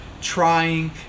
trying